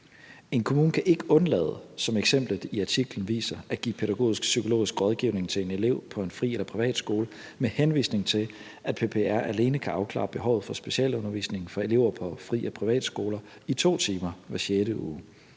En kommune kan ikke undlade, som eksemplet i artiklen viser, at give pædagogisk-psykologisk rådgivning til en elev på en fri- eller privatskole, med henvisning til at PPR alene kan afklare behovet for specialundervisning for elever på fri- og privatskoler i 2 timer hver sjette